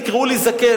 תקראו לי זקן.